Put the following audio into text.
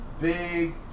Big